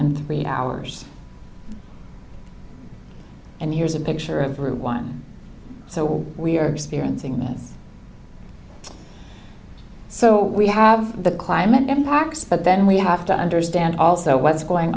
and three hours and here's a picture of route one so we are experiencing this so we have the climate impacts but then we have to understand also what's going